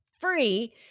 free